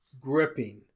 gripping